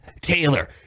Taylor